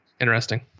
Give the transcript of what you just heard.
interesting